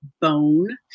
bone